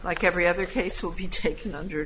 like every other case will be taken under